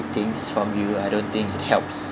things from you I don't think it helps